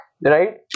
right